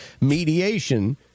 mediation